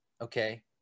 okay